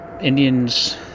Indians